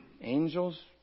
angels